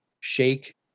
shake